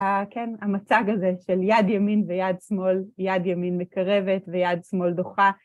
כן, המצג הזה של יד ימין ויד שמאל, יד ימין מקרבת ויד שמאל דוחה.